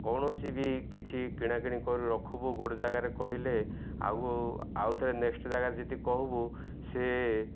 କୌଣସି ବି କିଛି କିଣା କିଣି କରି ରଖିବୁ ଗୋଟେ ଜାଗାରେ କହିଲେ ଆଉ ଆଉ ଥରେ ନେକ୍ସଟ୍ ଜାଗାରେ ଯଦି କହିବୁ ସେ